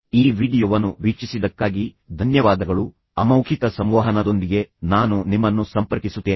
ಈ ವೀಡಿಯೊವನ್ನು ವೀಕ್ಷಿಸಿದ್ದಕ್ಕಾಗಿ ಧನ್ಯವಾದಗಳು ಅಮೌಖಿಕ ಸಂವಹನದೊಂದಿಗೆ ನಾನು ನಿಮ್ಮನ್ನು ಸಂಪರ್ಕಿಸುತ್ತೇನೆ